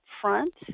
front